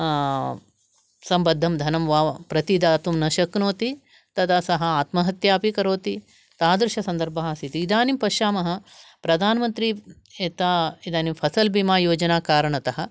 सम्बद्धं धनं वा प्रतिदातुं न शक्नोति तदा सः आत्महत्यामपि करोति तादृशसन्दर्भः आसीत् इदानीं पश्यामः प्रधानमन्त्री यथा इदानीं फसल् भीमा योजना कारणतः